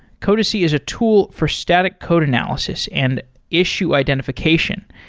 codacy is a tool for static code analysis and issue identification.